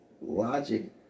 logic